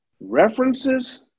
References